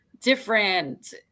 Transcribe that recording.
different